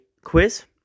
quiz